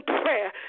prayer